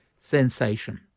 sensation